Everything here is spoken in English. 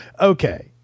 Okay